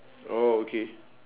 oh okay